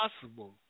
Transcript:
possible